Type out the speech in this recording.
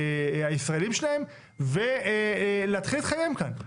הישראלים שלהם ולהתחיל את חייהם כאן?